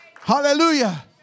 Hallelujah